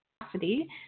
capacity